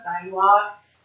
sidewalk